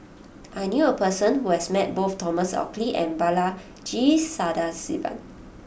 I knew a person who has met both Thomas Oxley and Balaji Sadasivan